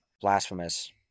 blasphemous